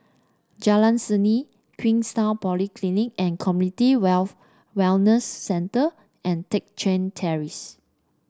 Jalan Seni Queenstown Polyclinic and Community Wealth Wellness Centre and Teck Chye Terrace